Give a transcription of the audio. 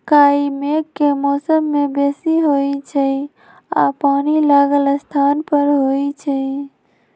काई मेघ के मौसम में बेशी होइ छइ आऽ पानि लागल स्थान पर होइ छइ